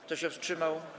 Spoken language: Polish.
Kto się wstrzymał?